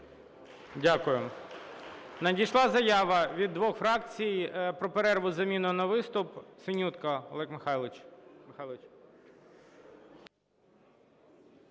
Дякую. Надійшла заява від двох фракцій про перерву з заміною на виступ. Синютка Олег Михайлович.